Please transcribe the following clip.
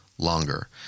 Longer